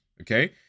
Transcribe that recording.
Okay